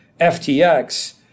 FTX